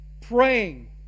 praying